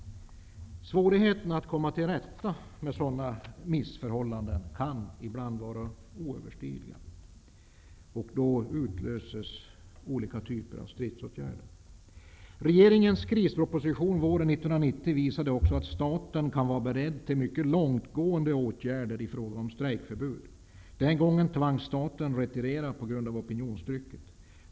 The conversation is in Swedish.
Svårigheten att komma till rätta med sådana missförhållanden kan ibland vara oöverstigliga. Då utlöses olika typer av stridsåtgärder. Regeringens krisproposition våren 1990 visade också att staten kan vara beredd till mycket långtgående åtgärder i fråga om strejkförbud. Den gången tvingades staten retirera på grund av opinionstrycket.